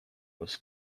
was